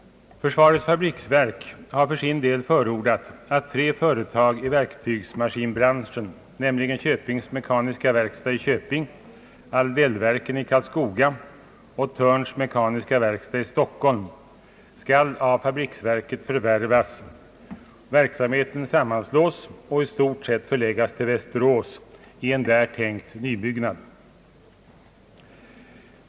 Försvarets fabriksverk har för sin del förordat att tre företag i verktygsmaskinbranschen, nämligen Köpings mekaniska verkstad i Köping, Aldellverken i Karlskoga och Thörns mekaniska verkstad i Stockholm, skall av fabriksverket förvärvas, verksamheten sammanslås och i stort sett förläggas till Västerås i en där tänkt nybyggnad.